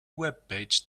webpage